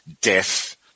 death